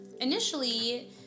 initially